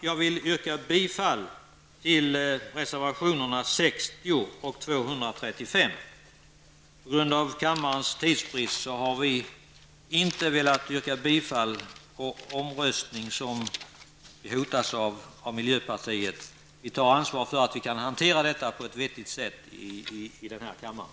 Jag vill yrka bifall till reservationerna 60 och 235. På grund av kammarens tidsbrist har vi inte velat yrka bifall och omröstning, såsom har hotats av miljöpartiet. Vi tar ansvar för att vi kan hantera frågorna på ett vettigt sätt i kammaren.